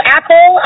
Apple